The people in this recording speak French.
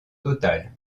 totale